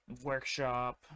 workshop